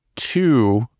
two